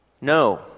No